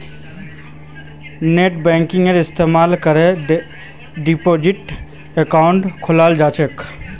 नेटबैंकिंगेर इस्तमाल करे डिपाजिट अकाउंट खोलाल जा छेक